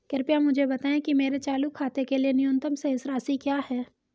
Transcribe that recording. कृपया मुझे बताएं कि मेरे चालू खाते के लिए न्यूनतम शेष राशि क्या है